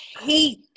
hate